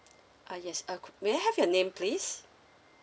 uh yes uh could may I have your name please